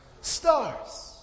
stars